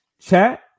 Chat